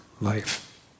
life